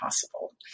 possible